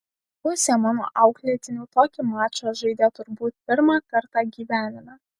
pusė mano auklėtinių tokį mačą žaidė turbūt pirmą kartą gyvenime